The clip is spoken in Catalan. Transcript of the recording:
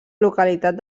localitat